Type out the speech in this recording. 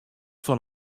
fan